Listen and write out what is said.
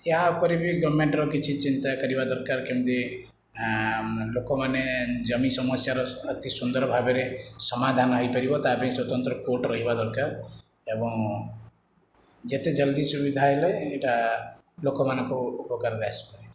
ୟା ଉପରେ ବି ଗଭମେଣ୍ଟର କିଛି ଚିନ୍ତା କରିବା ଦରକାର କେମିତି ଲୋକମାନେ ଜମି ସମସ୍ୟାର ଅତି ସୁନ୍ଦର ଭାବରେ ସମାଧାନ ହେଇପାରିବ ତା ପାଇଁ ସ୍ୱତନ୍ତ୍ର କୋର୍ଟ ରହିବା ଦରକାର ଏବଂ ଯେତେ ଜଲ୍ଦି ସୁବିଧା ହେଲେ ଏଇଟା ଲୋକମାନଙ୍କୁ ଉପକାରରେ ଆସିପାରେ